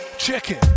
Chicken